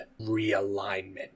realignment